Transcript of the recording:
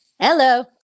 Hello